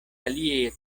aliaj